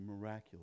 miraculous